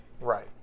Right